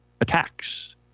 attacks